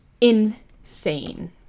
insane